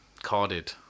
Carded